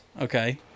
Okay